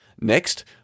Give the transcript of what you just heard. Next